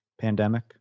pandemic